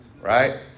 Right